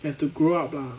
have to grow up lah